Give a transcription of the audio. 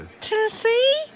Tennessee